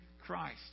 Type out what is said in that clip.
christ